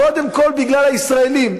קודם כול בגלל הישראלים.